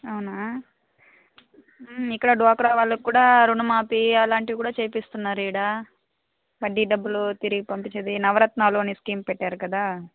అవునా ఇక్కడ డ్వాక్రా వాళ్ళకి కూడా రుణమాఫీ అలాంటివి కూడా చేయిస్తున్నారు ఇక్కడ వడ్డీ డబ్బులు తిరిగి పంపిచేది నవరత్నాలు అని స్కీమ్ పెట్టారు కదా